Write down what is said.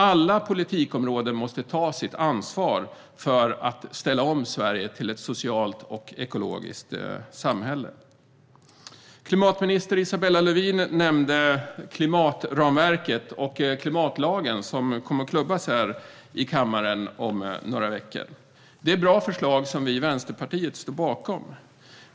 Alla politikområden måste ta sitt ansvar för att ställa om Sverige till ett socialt och ekologiskt samhälle. Klimatminister Isabella Lövin nämnde klimatramverket och klimatlagen, som kommer att klubbas här i kammaren om några veckor. Det är bra förslag, som vi i Vänsterpartiet står bakom.